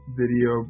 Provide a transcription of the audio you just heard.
video